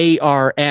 ARM